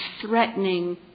threatening